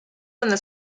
donde